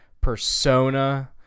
persona